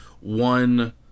one